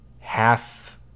half